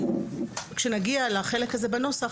כשנגיע לחלק הזה בנוסח,